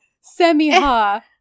Semi-ha